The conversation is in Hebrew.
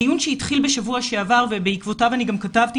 הדיון שהתחיל בשבוע שעבר ובעקבותיו אני כתבתי